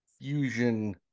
fusion